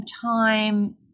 time